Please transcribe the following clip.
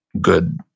good